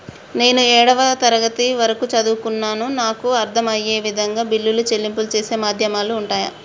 నేను ఏడవ తరగతి వరకు చదువుకున్నాను నాకు అర్దం అయ్యే విధంగా బిల్లుల చెల్లింపు చేసే మాధ్యమాలు ఉంటయా?